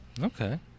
okay